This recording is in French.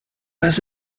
pas